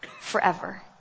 forever